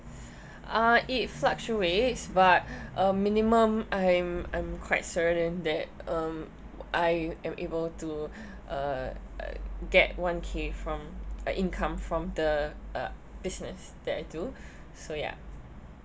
uh it fluctuates but uh minimum I'm I'm quite certain that um I am able to uh get one K from uh income from the uh business that I do so ya